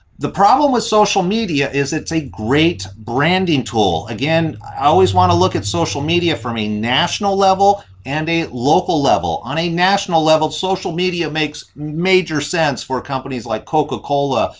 the problem with social media is it's a great branding tool. again, i always want to look at social media from a national level and a local level. on a national level social media makes major sense for companies like coca-cola,